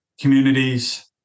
communities